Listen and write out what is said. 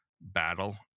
battle